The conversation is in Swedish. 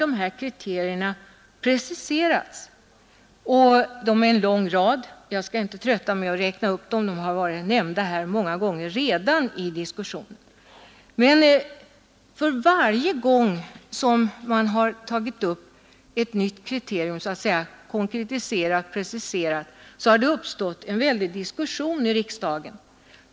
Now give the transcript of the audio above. Dessa kriterier har alltså preciserats undan för undan. De är många, och jag skall inte trötta med att räkna upp dem, eftersom de redan har nämnts flera gånger i diskussionen. Varje gång som man tidigare har konkretiserat och preciserat ett nytt kriterium har det uppstått en livlig diskussion i riksdagen.